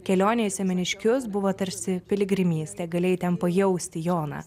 kelionė į semeniškius buvo tarsi piligrimystė galėjai ten pajausti joną